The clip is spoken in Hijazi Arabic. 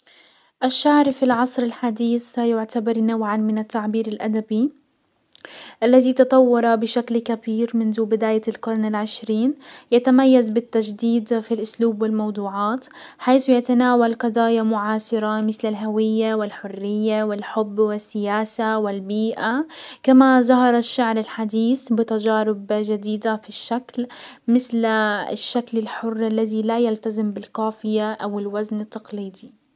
الشعر في العصر الحديس سيعتبر نوعا من التعبير الادبي الذي تطور بشكل كبير منذ بداية القرن العشرين، يتميز بالتجديد في الاسلوب والموضوعات حيث يتناول قضايا معاصرة مسل الهوية والحرية والحب والسياسة والبيئة، كما ظهر الشعر الحديس بتجارب جديدة في الشكل مسل الشكل الحر الزي لا يلتزم بالقافية او الوزن التقليدي.